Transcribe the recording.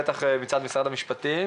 בטח מצד משרד המשפטים.